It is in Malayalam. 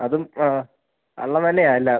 അതും ആ കള്ളം തന്നെയാണ് എല്ലാം